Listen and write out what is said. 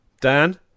Dan